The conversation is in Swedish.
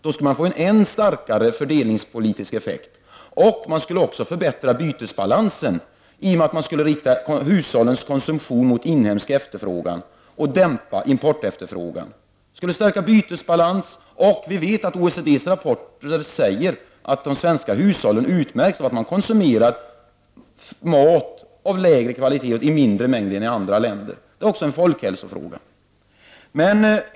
Då skulle man få en än starkare fördelningspolitisk effekt. Man skulle också förbättra bytesbalansen i och med att man skulle rikta hushållens konsumtion mot inhemska varor och dämpa importefterfrågan. Det skulle stärka bytesbalansen. Vi vet att OECDs rapporter säger att de svenska hushållen utmärks av att de konsumerar mat av lägre kvalitet och i mindre mängd än i andra länder. Det är också en folkhälsofråga.